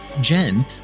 Jen